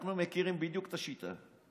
אנחנו מכירים בדיוק את השיטה.